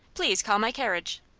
please call my carriage?